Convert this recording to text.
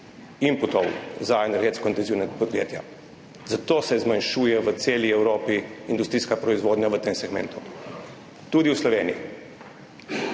inputov za energetsko intenzivna podjetja. Zato se zmanjšuje v celi Evropi industrijska proizvodnja v tem segmentu, tudi v Sloveniji.